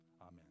amen